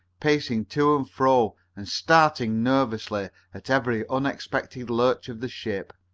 pacing to and fro and starting nervously at every unexpected lurch of the ship.